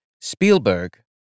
Spielberg